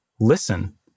listen